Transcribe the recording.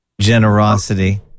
generosity